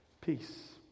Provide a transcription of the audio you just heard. Peace